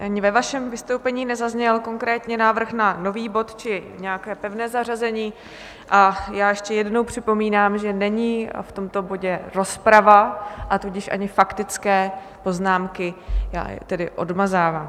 Ani ve vašem vystoupení nezazněl konkrétně návrh na nový bod či nějaké pevné zařazení a já ještě jednou připomínám, že není v tomto bodě rozprava, a tudíž ani faktické poznámky, já je tedy odmazávám.